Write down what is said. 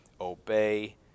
obey